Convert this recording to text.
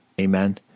Amen